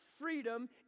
freedom